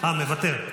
מוותר,